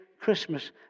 Christmas